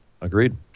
Agreed